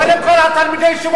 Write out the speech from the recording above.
רק התחלתי.